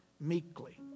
meekly